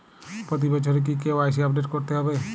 প্রতি বছরই কি কে.ওয়াই.সি আপডেট করতে হবে?